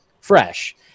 fresh